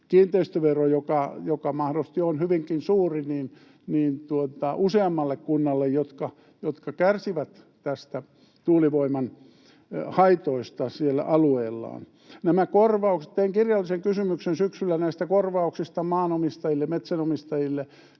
kiinteistövero, joka mahdollisesti on hyvinkin suuri, useammalle kunnalle, jotka kärsivät tuulivoiman haitoista siellä alueellaan. Tein kirjallisen kysymyksen syksyllä näistä korvauksista maanomistajille, metsänomistajille.